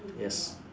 yes